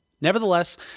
Nevertheless